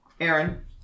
Aaron